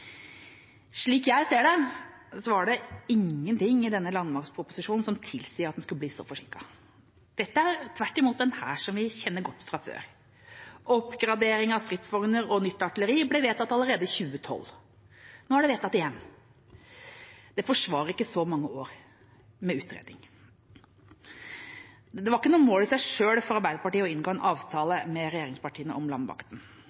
Slik jeg ser det, var det ingenting i denne landmaktproposisjonen som tilsier at den skulle bli så forsinket. Dette er tvert imot en hær vi kjenner godt fra før. Oppgradering av stridsvogner og nytt artilleri ble vedtatt allerede i 2012. Nå er det vedtatt igjen. Det forsvarer ikke så mange år med utredning. Det var ikke noe mål i seg selv for Arbeiderpartiet å inngå en